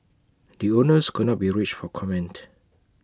the owners could not be reached for comment